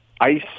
ice